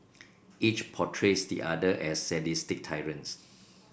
each portrays the other as sadistic tyrants